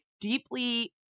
deeply